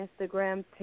Instagram